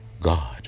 God